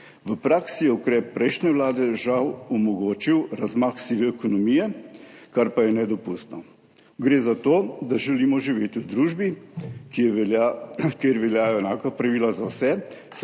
V praksi je ukrep prejšnje vlade žal omogočil razmah sive ekonomije, kar pa je nedopustno. Gre za to, da želimo živeti v družbi, kjer veljajo enaka pravila za vse,